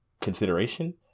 consideration